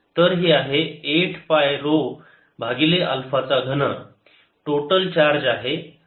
तर हे आहे 8 पाय ऱ्हो भागिले अल्फा चा घन टोटल चार्ज आहे